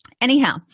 anyhow